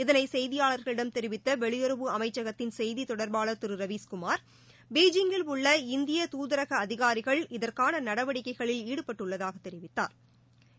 இதனை செய்தியாளர்களிடம் தெரிவித்த வெளியுறவு அமைச்சகத்தின் செய்தி தொடர்பாளர் திரு ரவீஸ் குமார் பெய்ஜிங்கில் உள்ள இந்திய தூதரக அதிகாரிகள் இதற்கான நடவடிக்கைகளில் ஈடுபட்டுள்ளதாகத் தெரிவித்தாா்